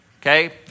okay